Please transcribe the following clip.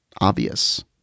obvious